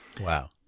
Wow